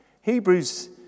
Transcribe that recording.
Hebrews